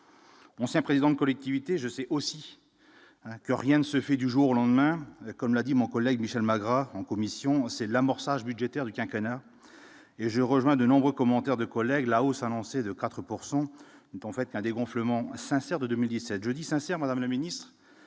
un président de collectivités, je sais aussi que rien ne se fait du jour lendemain comme l'a dit mon collègue Michel Magras en commission, c'est l'amorçage budgétaire du quinquennat et je rejoins de nombreux commentaires de collègues la hausse annoncée de 4 pourcent en fait un dégonflement sincère de 2017 jeudi sincère Madame la Ministre,